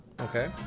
Okay